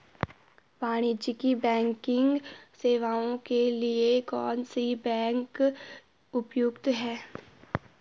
वाणिज्यिक बैंकिंग सेवाएं के लिए कौन सी बैंक उपयुक्त है?